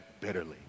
bitterly